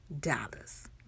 dollars